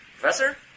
Professor